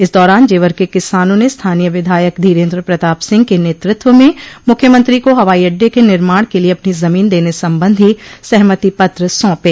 इस दौरान जेवर के किसानों ने स्थानीय विधायक धीरेन्द्र प्रताप सिंह के नेतृत्व में मुख्यमंत्री को हवाई अड्डे के निर्माण के लिये अपनी जमीन देने संबंधी सहमति पत्र सौंपे